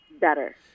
better